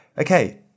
Okay